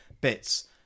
bits